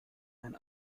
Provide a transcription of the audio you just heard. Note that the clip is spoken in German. ein